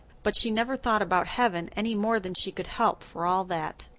but she never thought about heaven any more than she could help, for all that.